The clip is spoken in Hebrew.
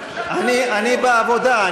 אני בעבודה.